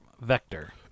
vector